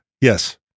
yes